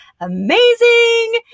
amazing